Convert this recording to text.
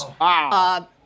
Wow